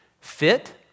Fit